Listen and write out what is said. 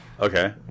Okay